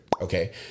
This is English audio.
Okay